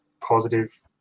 positive